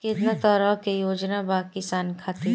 केतना तरह के योजना बा किसान खातिर?